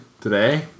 today